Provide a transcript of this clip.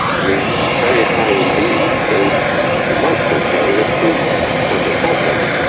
was very high indeed. so you might say, keri, that greece was a problem,